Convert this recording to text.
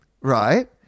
right